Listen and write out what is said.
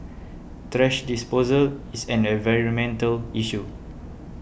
thrash disposal is an environmental issue